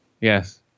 Yes